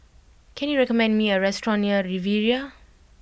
can you recommend me a restaurant near Riviera